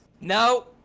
No